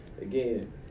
again